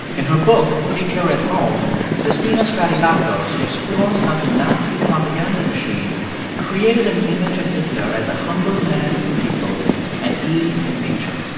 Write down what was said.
in her book hitler at home despina stratigakos explores how the nazi propaganda machine created an image of hitler as a humble man of the people at ease in nature.